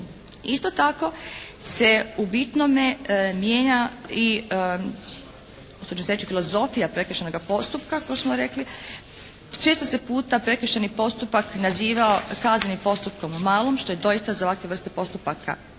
Isto tako se u bitnome mijenja i …/Govornik se ne razumije./… filozofija prekršajnoga postupka kao što smo rekli. Često se puta prekršajni postupak naziva kaznenim postupkom u malom što je i doista za ovakve vrste postupaka nepotrebno.